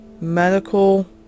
Medical